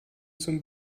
zum